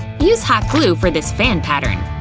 use hot glue for this fan pattern.